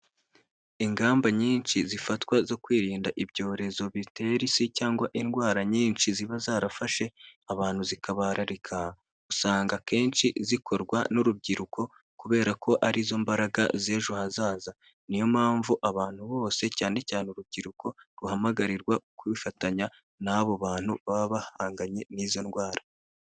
Ingamba nyinshi zifatwa zo kwirinda ibyorezo bitera isi cyangwa indwara nyinshi ziba zarafashe abantu zikabararika, usanga akenshi zikorwa n'urubyiruko kubera ko arizo mbaraga z'ejo hazaza. Niyo mpamvu abantu bose cyane cyane urubyiruko ruhamagarirwa kwifatanya n'abo bantu baba bahanganye n'izo ndwara.